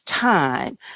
time